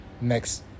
next